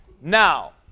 Now